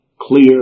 clear